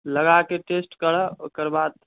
लगाए के टेस्ट करऽ ओकरबाद